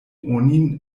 onin